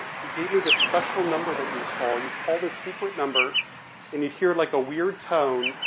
he gave me this special number that you would call, you'd call this secret number and you'd hear like a weird tone,